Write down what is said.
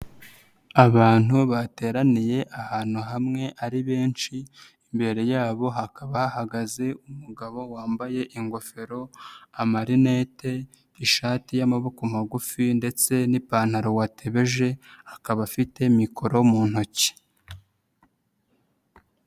Abantu bateraniye ahantu hamwe ari benshi imbere yabo hakaba hahagaze umugabo wambaye ingofero, amarinete, ishati y'amaboko magufi ndetse n'ipantaro watebeje akaba afite mikoro mu ntoki.